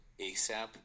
ASAP